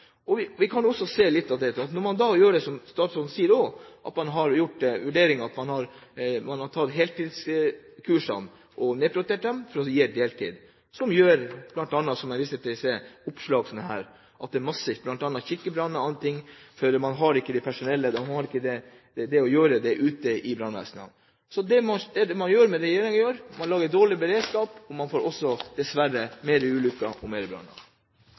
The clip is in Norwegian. og gå. Så med all respekt: Fremskrittspartiet har, som jeg sa, gjort noe. Og vi kan også se litt av det ved at man, som statsråden sier, har gjort den vurderingen at man har nedprioritert heltidskursene til fordel for deltid, som bl.a. gir oppslag som dette, som jeg viste til i stad. Det er bl.a. kirkebranner og annet, og man har ikke personell til å gjøre jobben i brannvesenet. Så det regjeringen gjør, er at man lager dårlig beredskap, og man får dessverre også flere ulykker og